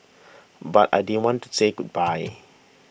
but I didn't want to say goodbye